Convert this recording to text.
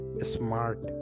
smart